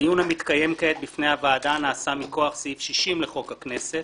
הדיון המתקיים כעת בפני הוועדה נעשה מכוח סעיף 60 לחוק הכנסת